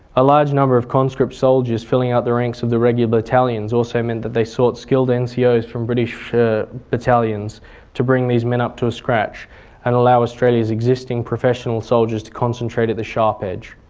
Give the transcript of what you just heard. ah large number of conscript soldiers filling out the ranks of the regular battalions also meant that they sought skilled so ncos from british battalions to bring these men up to scratch and allow australia's existing professional soldiers to concentrate at the sharp edge.